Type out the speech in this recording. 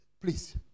please